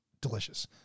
delicious